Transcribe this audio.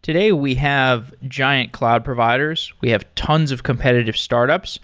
today we have giant cloud providers. we have tons of competitive startups.